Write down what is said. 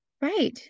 Right